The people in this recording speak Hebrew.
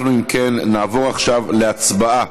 אם כן, אנחנו נעבור עכשיו להצבעה